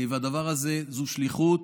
הדבר הזה הוא שליחות,